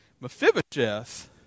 Mephibosheth